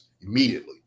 immediately